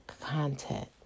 content